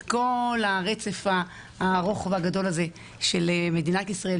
כל הרצף הארוך והגדול הזה של מדינת ישראל,